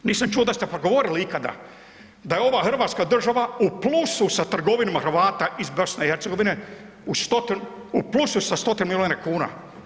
Nisam čuo da ste progovorili ikada da je ova hrvatska država u plusu sa trgovinama Hrvata iz BiH, u plusu sa stotinama milijuna kuna.